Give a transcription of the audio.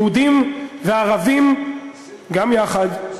יהודים וערבים גם יחד.